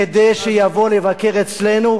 כדי שיבוא לבקר אצלנו.